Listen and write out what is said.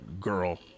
girl